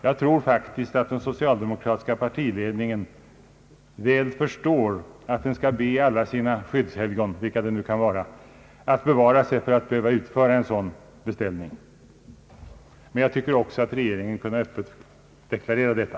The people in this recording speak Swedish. Jag tror faktiskt att den socialdemokratiska partiledningen väl förstår att den skall be alla sina skyddshelgon — vilka de nu kan vara — bevara sig för att behöva utföra 'en sådan beställning. Jag tycker också att regeringen öppet kunde ha deklarerat detta.